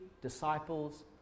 Disciples